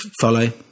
follow